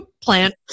plant